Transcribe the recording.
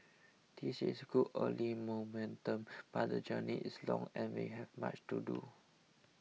this is good early momentum but the journey is long and we have much to do